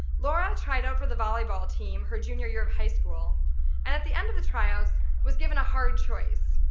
laura tried out for the volleyball team her junior year of high school, and at the end of the tryouts was given a hard choice.